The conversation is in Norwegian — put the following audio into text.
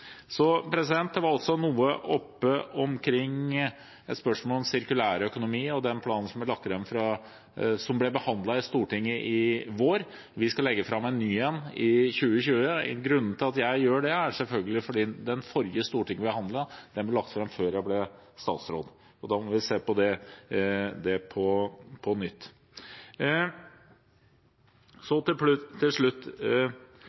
Så var det også oppe et spørsmål om sirkulærøkonomi og den planen som ble behandlet i Stortinget i vår. Vi skal legge fram en ny en i 2020. Grunnen til at jeg gjør det, er selvfølgelig at den forrige som Stortinget behandlet, ble lagt fram før jeg ble statsråd. Da må vi se på det på nytt. Til slutt: Jeg synes det